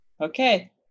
Okay